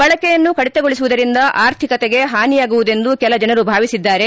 ಬಳಕೆಯನ್ನು ಕಡಿತಗೊಳಿಸುವುದರಿಂದ ಆರ್ಥಿಕತೆಗೆ ಹಾನಿಯಾಗುವುದೆಂದು ಕೆಲ ಜನರು ಭಾವಿಸಿದ್ದಾರೆ